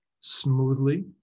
smoothly